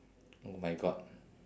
oh my god